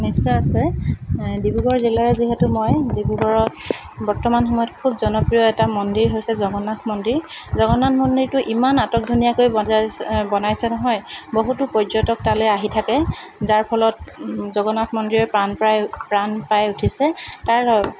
নিশ্চয় আছে ডিব্ৰুগড় জিলাৰ যিহেতু মই ডিব্ৰুগড়ত বৰ্তমান সময়ত খুব জনপ্ৰিয় এটা মন্দিৰ হৈছে জগন্নাথ মন্দিৰ জগনাথ মন্দিৰটো ইমান আটকধুনীয়াকৈ বনাই বনাইছে নহয় বহুতো পৰ্যটক তালৈ আহি থাকে যাৰ ফলত জগন্নাথ মন্দিৰৰ প্ৰাণ পাই প্ৰাণ পাই উঠিছে